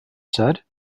said